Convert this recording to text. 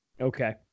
okay